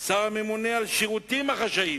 והשר הממונה על השירותים החשאיים.